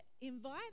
invite